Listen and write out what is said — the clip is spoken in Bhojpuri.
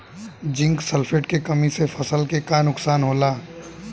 जिंक सल्फेट के कमी से फसल के का नुकसान होला?